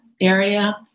area